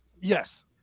Yes